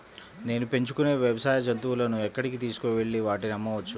నేను పెంచుకొనే వ్యవసాయ జంతువులను ఎక్కడికి తీసుకొనివెళ్ళి వాటిని అమ్మవచ్చు?